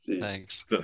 thanks